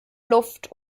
luft